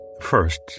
First